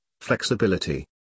Flexibility